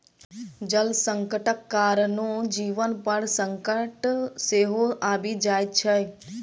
जल संकटक कारणेँ जीवन पर संकट सेहो आबि जाइत छै